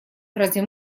разве